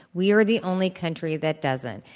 we are the only country that doesn't,